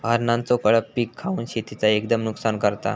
हरणांचो कळप पीक खावन शेतीचा एकदम नुकसान करता